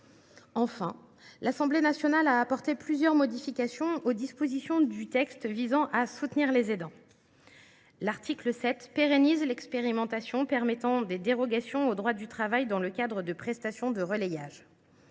Enfin, l’Assemblée nationale a apporté plusieurs modifications aux dispositions du texte visant à soutenir les aidants. L’article 7 pérennise l’expérimentation permettant des dérogations au droit du travail dans le cadre de prestations de « relayage